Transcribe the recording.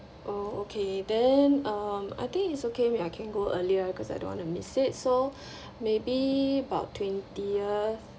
oh okay then um I think it's okay we are can go earlier because I don't want to miss it so maybe about twentieth